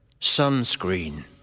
sunscreen